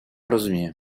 розумію